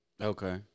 Okay